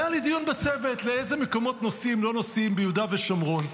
והיה לי דיון בצוות לאיזה מקומות נוסעים ולא נוסעים ביהודה ושומרון.